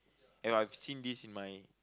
eh I've seen this in my